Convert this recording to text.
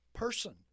person